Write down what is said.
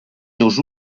teus